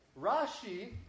Rashi